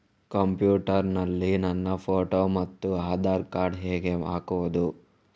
Computer ನಲ್ಲಿ ನನ್ನ photo ಮತ್ತು ಆಧಾರ್ ಕಾರ್ಡ್ ಹೇಗೆ ಹಾಕುವುದು?